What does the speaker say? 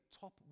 top